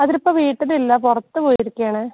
അതുലിപ്പം വീട്ടിലില്ല പുറത്ത് പോയിരിക്കുവാണെ